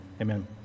Amen